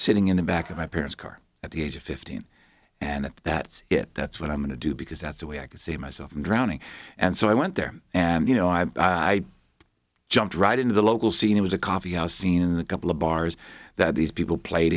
sitting in the back of my parents car at the age of fifteen and that's it that's what i'm going to do because that's the way i could see myself drowning and so i went there and you know i jumped right into the local scene it was a coffeehouse scene in the couple of bars that these people played